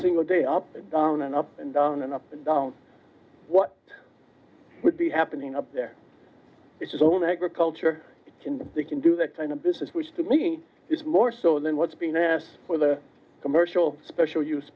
single day up and down and up and down and up and down what would be happening up there it's all negra culture they can do that kind of this is which to me is more so than what's being asked for the commercial special use